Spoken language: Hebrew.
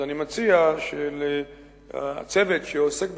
אני מציע שהצוות שעוסק בכך,